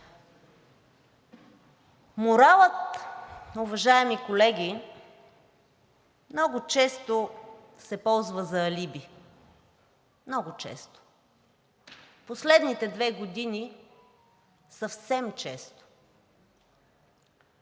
Моралът, уважаеми колеги, много често се ползва за алиби, много често. Последните две години съвсем често.